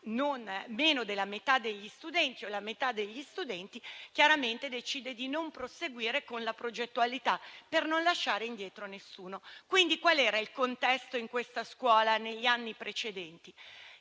in classe meno della metà degli studenti decide di non proseguire con la progettualità per non lasciare indietro nessuno. Qual era il contesto in questa scuola negli anni precedenti?